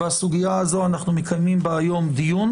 והסוגייה הזו אנחנו מקיימים בה היום דיון,